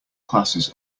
classes